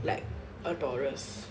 like a taurus